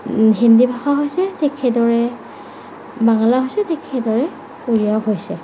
হিন্দী ভাষা হৈছে ঠিক সেইদৰে বাঙালা হৈছে ঠিক সেইদৰে উৰিয়াও হৈছে